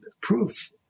proof